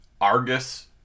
Argus